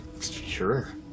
sure